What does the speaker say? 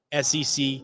SEC